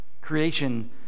creation